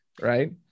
right